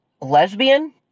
lesbian